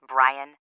Brian